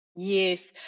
Yes